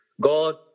God